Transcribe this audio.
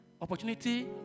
opportunity